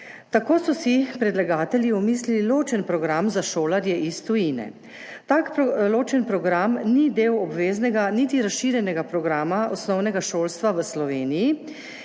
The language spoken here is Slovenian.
Tako so si predlagatelji omislili ločen program za šolarje iz tujine. Tak ločen program ni del obveznega, niti razširjenega programa osnovnega šolstva v Sloveniji